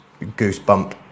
goosebump